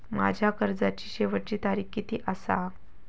माझ्या कर्जाची शेवटची तारीख किती आसा?